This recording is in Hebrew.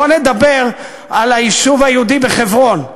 בוא נדבר על היישוב היהודי בחברון.